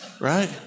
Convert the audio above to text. Right